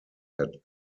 had